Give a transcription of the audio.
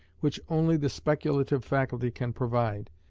which only the speculative faculty can provide,